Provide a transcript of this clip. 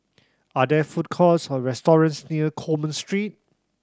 are there food courts or restaurants near Coleman Street